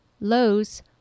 Lowe's